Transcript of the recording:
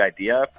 idea